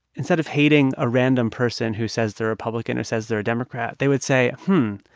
instead of hating a random person who says they're republican or says they're democrat, they would say, hmm,